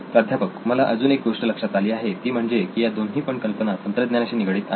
प्राध्यापक मला अजून एक गोष्ट लक्षात आली आहे ती म्हणजे की या दोन्ही पण कल्पना तंत्रज्ञानाशी निगडित आहेत